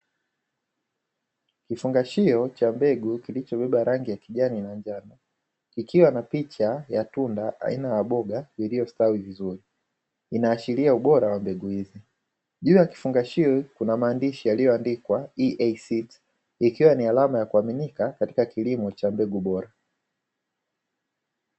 Kifungashio cha mbegu kilichobeba rangi ya kijani na njano, kikiwa na picha ya tunda aina ya boga iliyostawi vizuri, inaashiria ubora wa mbegu hizo. Juu ya kifungashio kuna maandishi yaliyoandikwa "EASEEDS" ikiwa ni alama ya kuaminika katika kilimo cha mbegu bora.